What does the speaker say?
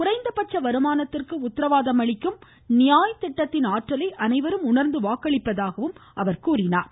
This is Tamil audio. குறைந்தபட்ச வருமானத்திற்கு உத்தரவாதமளிக்கும் நியாய் திட்டத்தின் ஆற்றலை அனைவரும் உணர்ந்து வாக்களிப்பதாகவும் அவர் கூறியுள்ளார்